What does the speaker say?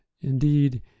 indeed